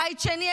בית שני,